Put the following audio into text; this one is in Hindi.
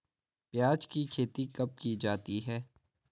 प्याज़ की खेती कब की जाती है?